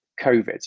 COVID